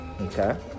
Okay